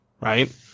right